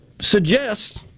suggests